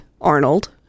Arnold